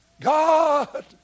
God